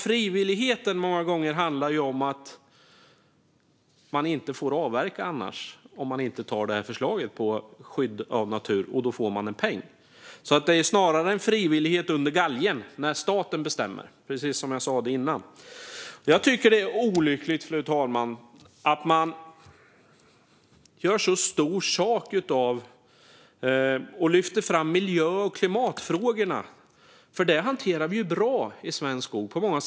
Frivilligheten handlar ju många gånger om att man inte får avverka om man inte ingår det här avtalet om skydd av natur. Men gör man det får man en peng. Det är alltså snarare en frivillighet under galgen där staten bestämmer. Fru talman! Det är olyckligt att man gör så stor sak av miljö och klimatfrågorna, för dem hanterar ju svenska skogsägare bra.